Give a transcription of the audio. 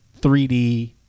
3D